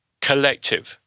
collective